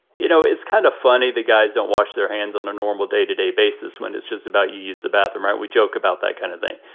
you know, it's kind of funny the guys don't wash their hands on a normal day to day basis when it's just about you use the bathroom, right? we joke about that kind of thing.